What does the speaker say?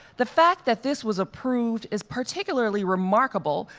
the fact that this was approved is particularly remarkable,